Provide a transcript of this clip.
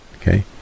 Okay